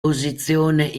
posizione